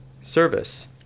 service